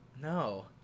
No